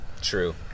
True